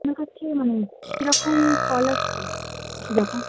আপনার কাছে মানে কীরকম ফল আসছে একটু দেখান